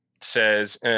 says